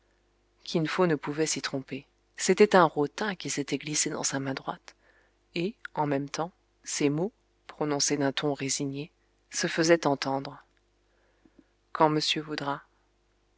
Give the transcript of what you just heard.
kin fo ne pouvait s'y tromper c'était un rotin qui s'était glissé dans sa main droite et en même temps ces mots prononcés d'un ton résigné se faisaient entendre quand monsieur voudra